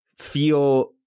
feel